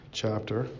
chapter